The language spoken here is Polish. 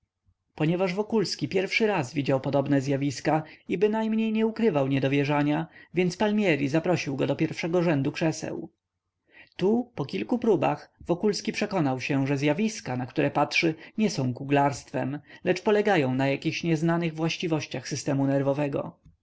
ponieważ wokulski pierwszy raz widział podobne zjawiska i bynajmniej nie ukrywał niedowierzania więc palmieri zaprosił go do pierwszego rzędu krzeseł tu po kilku próbach wokulski przekonał się że zjawiska na które patrzy nie są kuglarstwem lecz polegają na jakichś nieznanych właściwościach systemu nerwowego